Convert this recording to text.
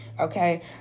Okay